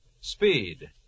Speed